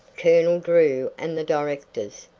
colonel drew and the directors,